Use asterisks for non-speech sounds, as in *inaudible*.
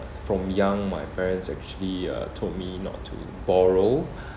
from young my parents actually uh told me not to borrow *breath*